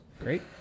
Great